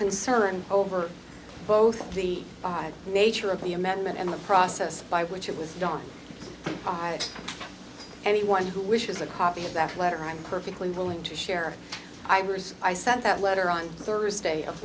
concern over both the by the nature of the amendment and the process by which it was done by anyone who wishes a copy of that letter i'm perfectly willing to share i was i sent that letter on thursday of